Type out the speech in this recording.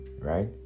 Right